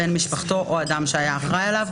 בן משפחתו או אדם שהיה אחראי עליו".